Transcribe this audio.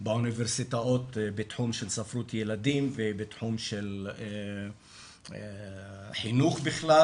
באוניברסיטאות בתחום של ספרות ילדים ובתחום של חינוך בכלל